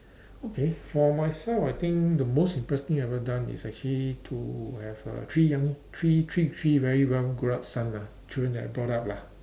okay for myself I think the most impressive I ever done is actually to have a three young three three three very well grow up son ah children that I brought up lah